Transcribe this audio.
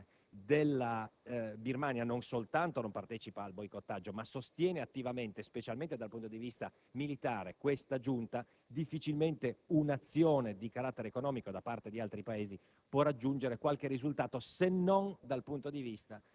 ci suggerisce che, se il primo *partner* commerciale della Birmania non soltanto non partecipa al boicottaggio, ma sostiene attivamente, specialmente dal punto di vista militare, questa giunta, difficilmente un'azione di carattere economico da parte di altri Paesi potrà